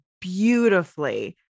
beautifully